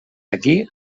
aquí